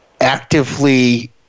actively